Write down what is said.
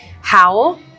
howl